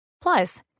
Plus